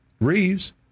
Reeves